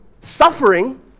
suffering